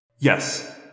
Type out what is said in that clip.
Yes